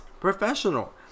Professional